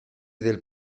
del